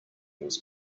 was